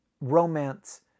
romance